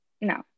no